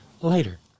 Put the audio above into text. later